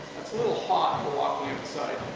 little hot for walking outside.